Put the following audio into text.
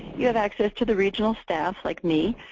you have access to the regional staff, like me,